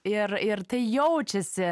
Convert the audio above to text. ir ir tai jaučiasi